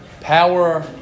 power